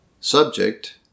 Subject